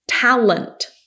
talent